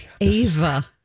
Ava